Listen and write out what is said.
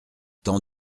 temps